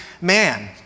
man